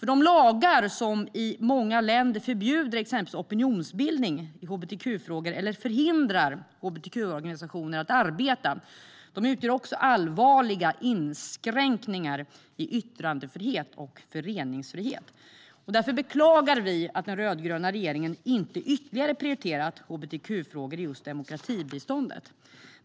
De lagar som i många länder förbjuder exempelvis opinionsbildning i hbtq-frågor eller förhindrar hbtq-organisationer att arbeta utgör allvarliga inskränkningar i yttrandefrihet och föreningsfrihet. Därför beklagar vi att den rödgröna regeringen inte ytterligare har prioriterat hbtq-frågor i just demokratibiståndet.